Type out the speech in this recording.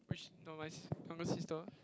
which younger sister